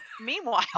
Meanwhile